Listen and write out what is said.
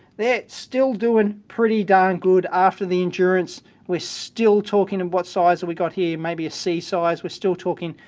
they're still doing pretty darn good. after the endurance we're still talking and what size have we got here? maybe a c size. we're still talking,